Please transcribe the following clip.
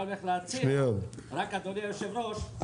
אדוני היושב-ראש,